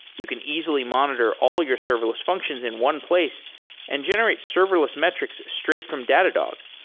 you can easily monitor all your serverless functions in one place and generate serverless metrics straight from datadog.